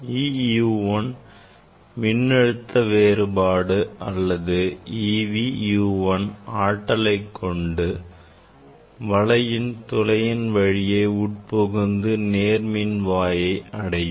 e U 1 மின்னழுத்த வேறுபாடு அல்லது e V U 1 ஆற்றலை கொண்டு வலையின் துளை வழியே உட்புகுந்து நேர்மின்வாயை அடையும்